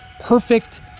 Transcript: perfect